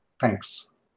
thanks